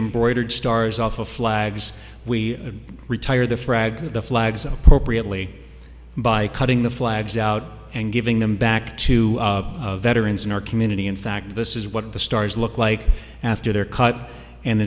embroidered stars off of flags we retire the frag the flags appropriately by cutting the flags out and giving them back to veterans in our community in fact this is what the stars look like after they're cut and